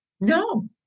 No